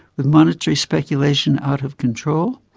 with monetary speculation out of control,